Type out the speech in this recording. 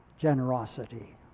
generosity